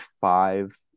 five